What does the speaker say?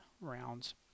rounds